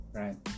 right